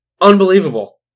Unbelievable